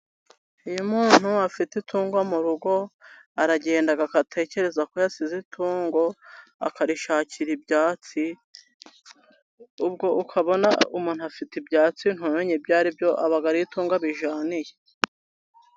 Iyo umuntu afite itungo mu rugo, aragenda agatekereza ko yasize itungo, akarishakira ibyatsi, ubwo ukabona umuntu afite ibyatsi ntumenye ibyo ari byo, aba ari itungo abijyaniye.